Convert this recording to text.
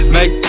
Make